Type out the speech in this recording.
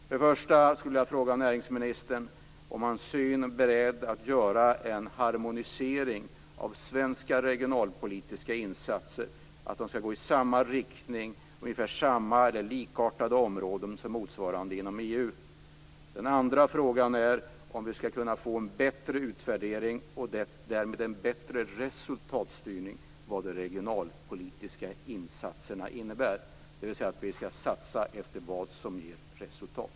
För det första skulle jag vilja fråga om näringsministern är beredd att göra en harmonisering av svenska regionalpolitiska insatser, så att de går i samma riktning och till ungefär samma eller likartade områden som motsvarande inom EU. Den andra frågan är om vi kan få en bättre utvärdering och därmed en bättre resultatstyrning av de regionalpolitiska insatserna, dvs. att vi skall satsa efter vad som ger resultat.